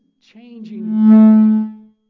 Changing